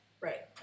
right